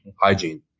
hygiene